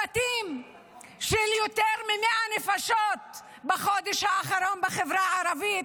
הבתים של יותר מ-100 נפשות בחודש האחרון בחברה הערבית,